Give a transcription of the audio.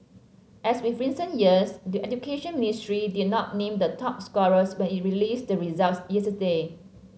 as with recent years the Education Ministry did not name the top scorers when it released the results yesterday